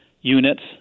units